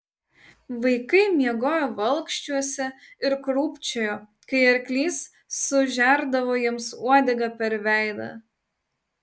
vaikai miegojo valkčiuose ir krūpčiojo kai arklys sužerdavo jiems uodega per veidą